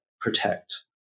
protect